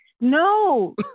No